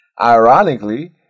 Ironically